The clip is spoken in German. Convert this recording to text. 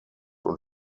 und